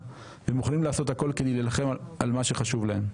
ומוכנים לעשות הכול כדי להילחם על מה שחשוב להם,